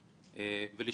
ביותר.